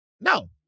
No